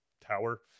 tower